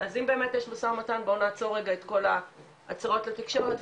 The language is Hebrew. אז אם באמת יש משא ומתן בואו נעצור רגע את כל ההצהרות לתקשורת,